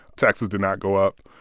taxes did not go up.